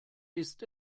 ist